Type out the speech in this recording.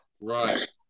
right